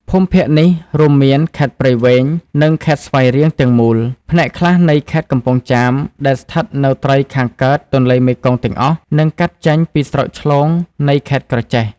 ភូមិភាគនេះរួមមានខេត្តព្រៃវែង និងខេត្តស្វាយរៀងទាំងមូល ផ្នែកខ្លះនៃខេត្តកំពង់ចាមដែលស្ថិតនៅត្រើយខាងកើតទន្លេមេគង្គទាំងអស់ និងកាត់ចេញពីស្រុកឆ្លូងនៃខេត្តក្រចេះ។